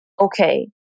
okay